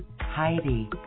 Heidi